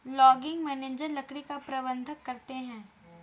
logging manager लकड़ी का प्रबंधन करते है